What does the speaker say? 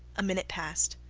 a minute passed.